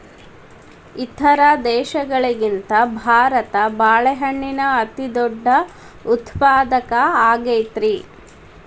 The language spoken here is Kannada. ಇತರ ದೇಶಗಳಿಗಿಂತ ಭಾರತ ಬಾಳೆಹಣ್ಣಿನ ಅತಿದೊಡ್ಡ ಉತ್ಪಾದಕ ಆಗೈತ್ರಿ